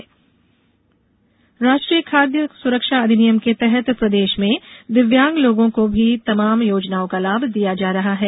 दिव्यांग अधिकार राष्ट्रीय खाद्य सुरक्षा अधिनियम के तहत प्रदेश में दिव्यांग लोगों को भी इस योजना का लाभ दिया जा रहा है